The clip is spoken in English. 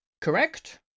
Correct